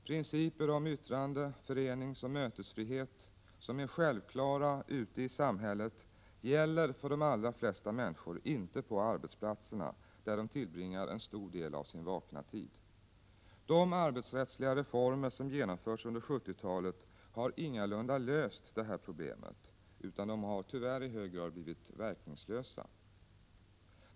Principer om yttrande-, föreningsoch mötesfrihet, som är självklara ute i samhället, gäller för de allra flesta människor inte på arbetsplatserna, där de tillbringar en stor del av sin vakna tid. De arbetsrättsliga reformer som genomförts under 70-talet har ingalunda löst det här problemet, utan de har tyvärr i hög grad blivit verkningslösa.